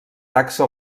taxa